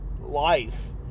life